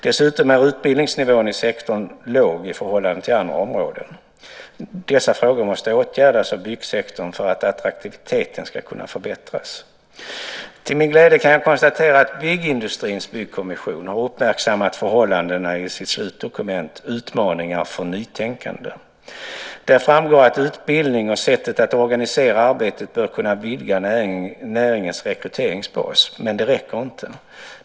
Dessutom är utbildningsnivån i sektorn låg i förhållande till andra områden. Dessa frågor måste åtgärdas av byggsektorn för att attraktiviteten ska kunna förbättras. Till min glädje kan jag konstatera att byggindustrins byggkommission har uppmärksammat förhållandet i sitt slutdokument Utmaningar för nytänkande . Där framgår att utbildning och sättet att organisera arbetet bör kunna vidga näringens rekryteringsbas. Men det räcker inte.